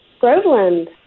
Groveland